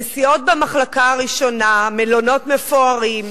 נסיעות במחלקה הראשונה, מלונות מפוארים,